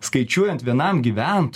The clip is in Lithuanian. skaičiuojant vienam gyvent